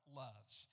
loves